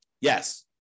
Yes